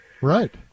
right